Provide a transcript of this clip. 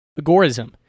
Agorism